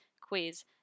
quiz